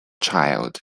child